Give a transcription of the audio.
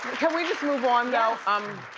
can we just move on, though? um